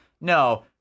no